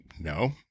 No